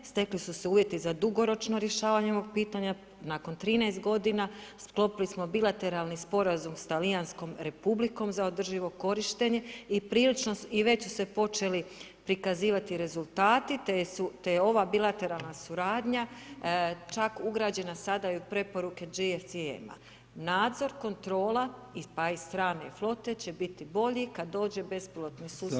Stekli su se uvjeti za dugoročno rješavanje ovog pitanja nakon 13 godina, sklopili smo bilateralni sporazum s talijanskom Republikom za održivo korištenje i već su se počeli prikazivati rezultati, te je ova bilateralna suradnja čak ugrađena sada i u preporuke ... Nadzor, kontrola, pa i strane flote će biti bolji kad dođe bespilotni sustav.